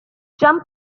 jump